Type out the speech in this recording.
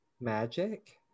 magic